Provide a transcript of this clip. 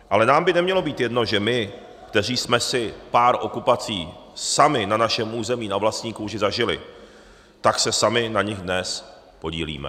Ale nám by nemělo být jedno, že my, kteří jsme si pár okupací sami na našem území na vlastní kůži zažili, se sami na nich dnes podílíme.